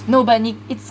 no but 你 it's